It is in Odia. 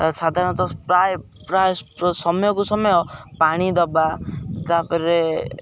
ସାଧାରଣତଃ ପ୍ରାୟ ପ୍ରାୟ ସମୟକୁ ସମୟ ପାଣି ଦବା ତା'ପରେ